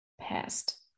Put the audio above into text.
past